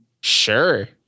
Sure